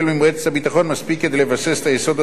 מספיק כדי לבסס את היסוד הסביר הנדרש,